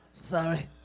Sorry